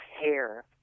hair